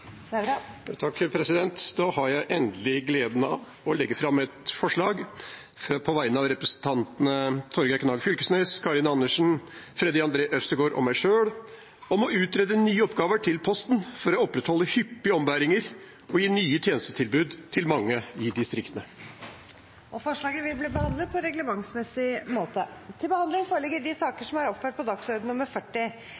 Nævra vil fremsette et representantforslag. Jeg har endelig gleden av å legge fram et forslag på vegne av representantene Torgeir Knag Fylkesnes, Karin Andersen, Freddy André Øvstegård og meg selv om å utrede nye oppgaver til Posten for å opprettholde hyppige ombæringer og gi nye tjenestetilbud til mange i distriktene. Forslaget vil bli behandlet på reglementsmessig måte.